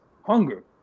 hunger